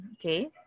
Okay